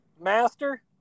Master